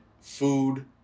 food